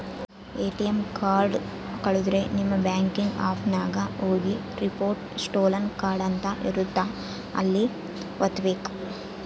ATM card ಕಳುದ್ರೆ ನಿಮ್ banking app ನಾಗ ಹೋಗಿ ರಿಪೋರ್ಟ್ ಸ್ಟೋಲನ್ ಕಾರ್ಡ್ ಅಂತ ಇರುತ್ತ ಅಲ್ಲಿ ವತ್ತ್ಬೆಕು